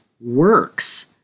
works